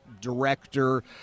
director